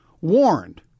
warned